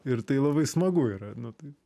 ir tai labai smagu yra nu tai